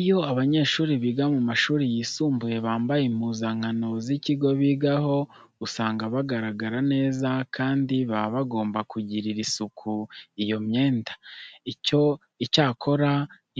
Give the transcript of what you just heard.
Iyo abanyeshuri biga mu mashuri yisumbuye bambaye impuzankano z'ikigo bigaho, usanga bagaragara neza kandi baba bagomba kugirira isuku iyo myenda. Icyakora